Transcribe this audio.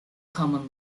common